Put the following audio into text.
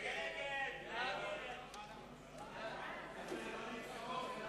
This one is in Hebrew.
הצעת הסיכום שהביא חבר הכנסת ניצן הורוביץ לא